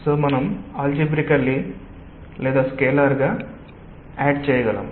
so మనం బీజగణితంగా లేదా స్కేలర్గా యాడ్ చేయలేము